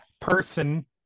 person